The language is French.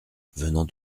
venant